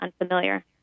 unfamiliar